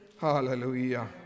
Hallelujah